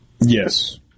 Yes